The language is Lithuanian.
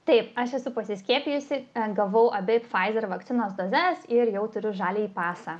taip aš esu pasiskiepijusi gavau abi pfizer vakcinos dozes ir jau turiu žaliąjį pasą